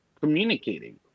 communicating